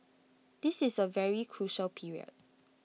this is A very crucial period